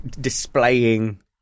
displaying